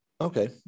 Okay